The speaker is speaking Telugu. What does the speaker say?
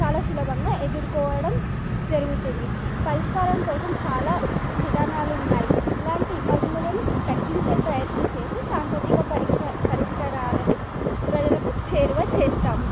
చాలా సులభంగా ఎదుర్కోవడం జరుగుతుంది పరిష్కారం కోసం చాలా విధానాలు ఉన్నాయి ఇలాంటి ఇబ్బందులను తగ్గించే ప్రయత్నం చేసి సాంకేతిక పరక్ష పరిష్కారాలను ప్రజలకు చేరువ చేస్తాం